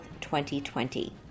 2020